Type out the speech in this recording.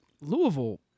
Louisville